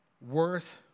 worth